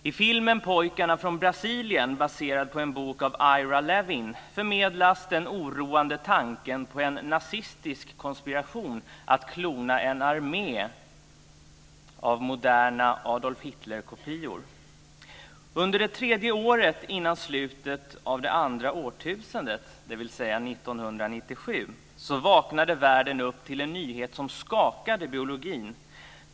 I filmen Pojkarna från Brasilien, baserad på en bok av Ira Levin, förmedlas den oroande tanken på en nazistisk konspiration för att klona en armé av moderna Adolf Hitler-kopior. Under det tredje året innan slutet av det andra årtusendet, dvs. 1997, vaknade världen upp till en nyhet som skakade biologin.